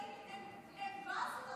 אצל אריה דרעי הם בזו לחוק.